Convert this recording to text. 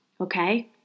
okay